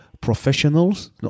professionals